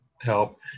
help